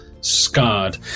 scarred